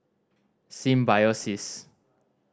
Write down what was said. Symbiosis